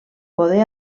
poder